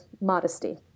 modesty